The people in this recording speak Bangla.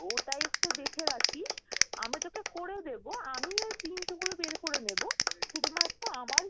ওটাই একটু দেখে রাখিস আমি তোকে করে দেব আমি ওই পিন্টগুলো বের করে নেব শুধুমাত্র আমার